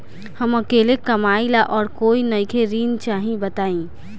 हम अकेले कमाई ला और कोई नइखे ऋण चाही बताई?